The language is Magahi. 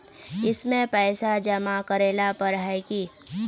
इसमें पैसा जमा करेला पर है की?